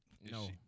no